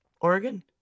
Oregon